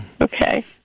Okay